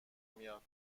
میاد